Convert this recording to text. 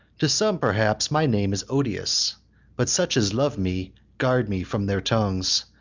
to some perhaps my name is odious but such as love me, guard me from their tongues,